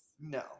No